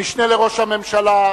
המשנה לראש הממשלה,